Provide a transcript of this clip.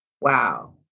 wow